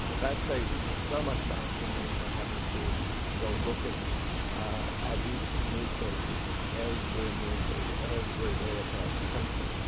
that saves so much time for me not having to go looking at each newspaper every newspaper every day across the country.